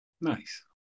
Nice